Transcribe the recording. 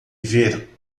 ver